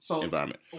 environment